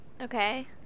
Okay